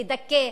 לדכא,